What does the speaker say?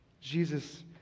Jesus